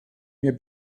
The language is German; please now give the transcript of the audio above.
mir